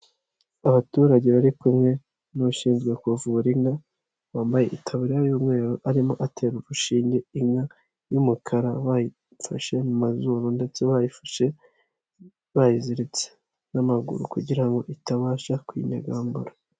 Abaturage bari kumwe n'ushinzwe kuvura inka, wambaye itaburiya y'umweru, arimo atera urushinge inka y'umukara bayifashe mu mazuru ndetse bayifashe bayiziritse n'amaguru kugira ngo itabasha kwinyagambura.